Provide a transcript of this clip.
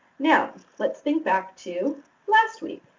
now, let's think back to last week.